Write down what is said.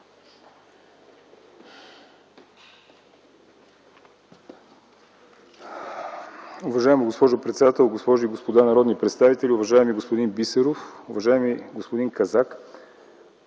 Уважаема госпожо председател, госпожи и господа народни представители, уважаеми господин Бисеров, уважаеми господин Казак!